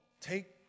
take